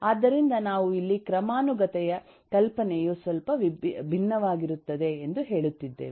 ಆದ್ದರಿಂದ ನಾವು ಇಲ್ಲಿ ಕ್ರಮಾನುಗತೆಯ ಕಲ್ಪನೆಯು ಸ್ವಲ್ಪ ಭಿನ್ನವಾಗಿರುತ್ತದೆ ಎಂದು ಹೇಳುತ್ತಿದ್ದೇವೆ